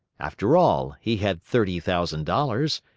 after all, he had thirty thousand dollars,